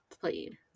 played